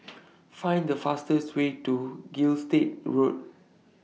Find The fastest Way to Gilstead Road